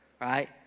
right